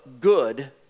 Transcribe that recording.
good